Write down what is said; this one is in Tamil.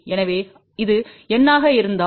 எனவே இது எண்ணாக இருந்தால் இது 0